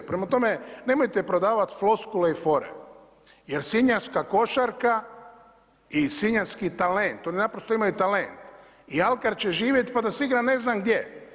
Prema tome, nemojte prodavati floskule i fore, jer sinjanska košarka i sinjanski talent oni naprosto imaju talent i alkar će živjeti pa da se igra ne znam gdje.